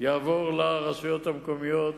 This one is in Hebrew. יעבור לרשויות המקומיות,